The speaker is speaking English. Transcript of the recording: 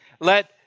Let